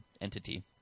entity